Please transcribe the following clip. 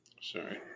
Sorry